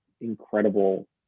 incredible